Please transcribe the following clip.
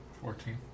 fourteen